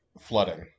flooding